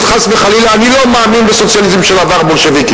חס וחלילה אני לא מאמין בסוציאליזם של עבר בולשביקי,